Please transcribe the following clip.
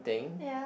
ya